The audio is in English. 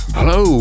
Hello